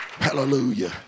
Hallelujah